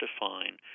define